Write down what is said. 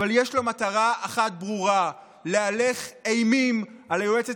אבל יש לו מטרה אחת ברורה: להלך אימים על היועצת